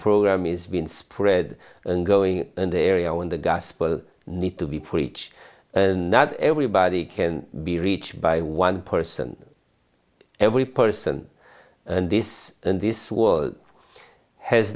program is being spread and going in the area when the gospel need to be preach not everybody can be reached by one person every person in this in this war has